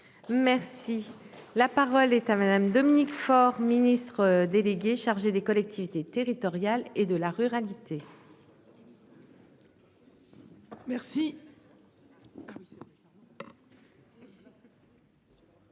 Merci la parole est à Madame Dominique Faure, ministre délégué chargé des collectivités territoriales et de la ruralité. Merci.